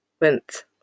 went